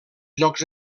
llocs